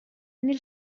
nel